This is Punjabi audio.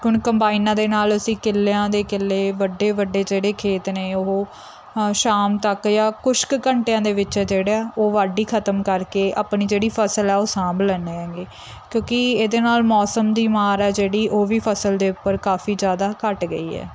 ਹੁਣ ਕੰਬਾਈਨਾਂ ਦੇ ਨਾਲ ਅਸੀਂ ਕਿੱਲਿਆਂ ਦੇ ਕਿੱਲੇ ਵੱਡੇ ਵੱਡੇ ਜਿਹੜੇ ਖੇਤ ਨੇ ਉਹ ਸ਼ਾਮ ਤੱਕ ਜਾਂ ਕੁਛ ਕੁ ਘੰਟਿਆਂ ਦੇ ਵਿੱਚ ਆ ਜਿਹੜਾ ਉਹ ਵਾਢੀ ਖ਼ਤਮ ਕਰਕੇ ਆਪਣੀ ਜਿਹੜੀ ਫ਼ਸਲ ਆ ਉਹ ਸਾਂਭ ਲੈਂਦੇ ਆਗੇ ਕਿਉਂਕਿ ਇਹਦੇ ਨਾਲ ਮੌਸਮ ਦੀ ਮਾਰ ਹੈ ਜਿਹੜੀ ਉਹ ਵੀ ਫ਼ਸਲ ਦੇ ਉੱਪਰ ਕਾਫੀ ਜ਼ਿਆਦਾ ਘੱਟ ਗਈ ਹੈ